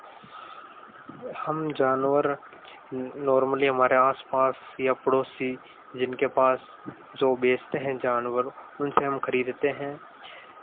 हम जानवर नॉर्मली हमारे आसपास या पड़ोसी जिनके पास जो बेचते हैं जानवर उनसे हम खरीदते हैं